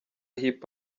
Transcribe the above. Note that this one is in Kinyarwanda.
hip